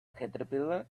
caterpillar